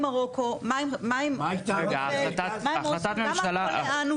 רגע -- ל'אנו', למה רק ל'אנו'?